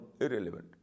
irrelevant